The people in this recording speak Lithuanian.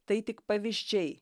tai tik pavyzdžiai